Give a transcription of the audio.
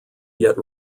yet